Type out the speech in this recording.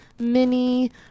mini